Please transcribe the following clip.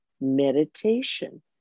meditation